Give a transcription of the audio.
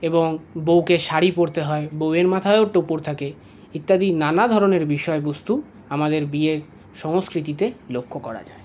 এবং বউকে শাড়ি পরতে হয় বউয়ের মাথায়ও টোপর থাকে ইত্যাদি নানা ধরনের বিষয়বস্তু আমাদের বিয়ের সংস্কৃতিতে লক্ষ্য করা যায়